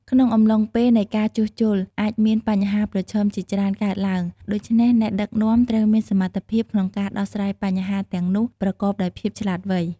ក្នុងអំឡុងពេលនៃការជួសជុល អាចមានបញ្ហាប្រឈមជាច្រើនកើតឡើង ដូច្នេះអ្នកដឹកនាំត្រូវមានសមត្ថភាពក្នុងការដោះស្រាយបញ្ហាទាំងនោះប្រកបដោយភាពវៃឆ្លាត។